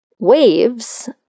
waves